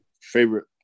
favorite